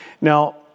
Now